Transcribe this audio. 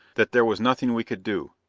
that there was nothing we could do.